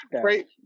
great